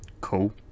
Cool